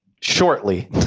shortly